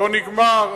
לא נגמר,